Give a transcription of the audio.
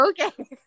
Okay